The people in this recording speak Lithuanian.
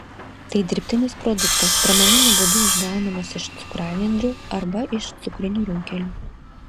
tai dirbtinis produktas pramoniniu būdu išgaunamas iš cukranendrių arba iš cukrinių runkelių